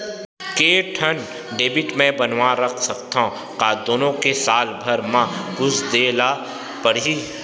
के ठन डेबिट मैं बनवा रख सकथव? का दुनो के साल भर मा कुछ दे ला पड़ही?